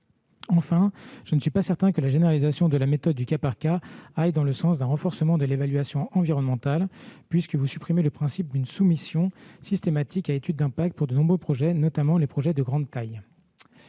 je ne suis pas certain que la généralisation de la méthode du cas par cas aille dans le sens d'un renforcement de l'évaluation environnementale, puisque vous supprimez le principe d'une soumission systématique à étude d'impact pour de nombreux projets, notamment les projets de grande taille.